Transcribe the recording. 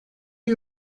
are